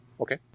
Okay